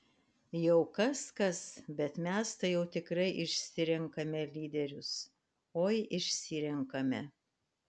jau kas kas bet mes tai jau tikrai išsirenkame lyderius oi išsirenkame